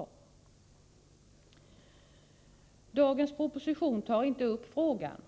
I dagens proposition tas inte frågan upp, men